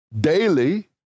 daily